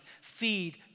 Feed